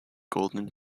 golden